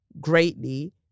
Greatly